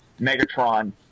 Megatron